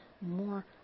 more